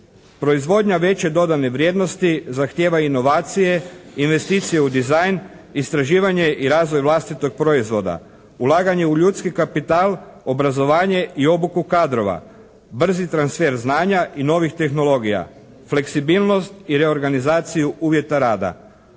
Proizvodnja veće dodane vrijednosti zahtjeva inovacije, investicije u dizajn, istraživanje i razvoj vlastitog proizvoda, ulaganje u ljudski kapital, obrazovanje i obuku kadrova, brzi transfer znanja i novih tehnologija, fleksibilnost i reorganizaciju uvjeta rada.